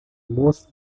most